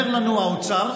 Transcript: אומר לנו האוצר: